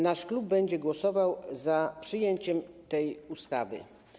Nasz klub będzie głosował za przyjęciem tej ustawy.